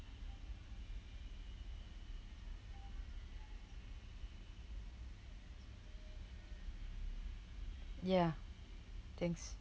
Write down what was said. ya thanks